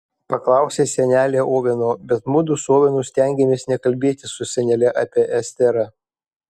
paklausė senelė oveno bet mudu su ovenu stengėmės nekalbėti su senele apie esterą